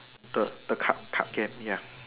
the the card card game ya